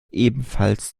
ebenfalls